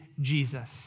Jesus